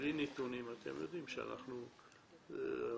בלי נתונים אתם יודעים שאנחנו רק